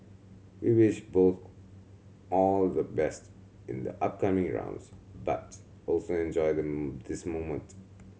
we wish both all the best in the upcoming rounds but also enjoy the this moment